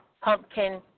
pumpkin